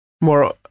more